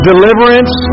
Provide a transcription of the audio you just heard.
Deliverance